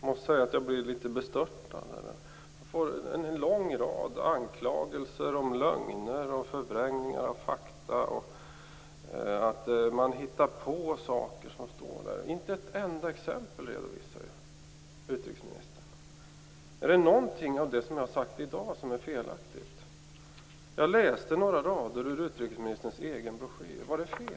Fru talman! Jag blir litet bestört. Jag får en rad anklagelser om lögner, förvrängning av fakta och att jag hittar på saker som inte står där. Men utrikesministern redovisar inte ett enda exempel. Är någonting av det jag sagt i dag felaktigt? Jag läste några rader ur utrikesministerns egen broschyr. Vad det fel?